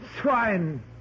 swine